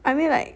I mean like